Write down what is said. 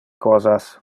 cosas